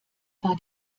war